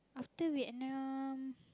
after Vietnam